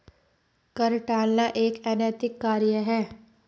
कर टालना एक अनैतिक कार्य है